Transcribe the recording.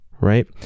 right